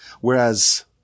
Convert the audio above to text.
Whereas